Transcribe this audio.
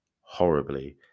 horribly